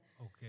Okay